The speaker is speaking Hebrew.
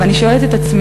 אבל אני שואלת את עצמי,